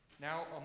Now